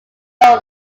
low